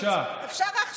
אפשר עכשיו,